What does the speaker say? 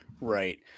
right